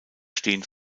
stehen